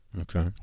Okay